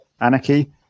anarchy